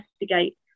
investigate